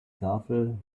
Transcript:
tafel